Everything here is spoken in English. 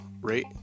Rate